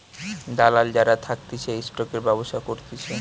দালাল যারা থাকতিছে স্টকের ব্যবসা করতিছে